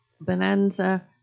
Bonanza